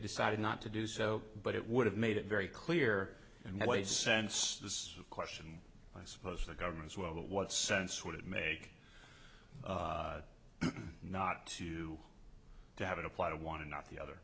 decided not to do so but it would have made it very clear and the way sense this question i suppose the government's well what sense would it make not to have it apply to want to not the other